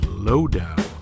Lowdown